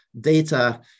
data